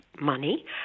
money